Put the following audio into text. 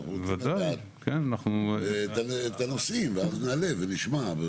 אנחנו רוצים לדעת את הנושאים ואז נעלה ונשמע.